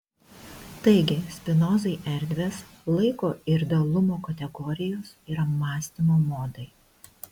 taigi spinozai erdvės laiko ir dalumo kategorijos yra mąstymo modai